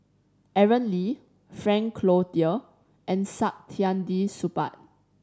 Aaron Lee Frank Cloutier and Saktiandi Supaat